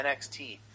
NXT